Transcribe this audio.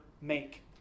make